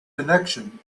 connection